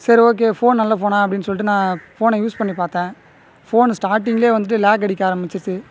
சரி okay phone நல்ல போனால் அப்படினு சொல்லிட்டு நான் போனை யூஸ் பண்ணி பார்த்தன் போன் ஸ்டார்டிங்கில் வந்துட்டு லேக் அடிக்க ஆரம்மிச்சிட்டு